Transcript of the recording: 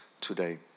today